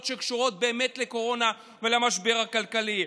שקשורות באמת לקורונה ולמשבר הכלכלי,